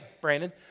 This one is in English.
Brandon